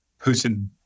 Putin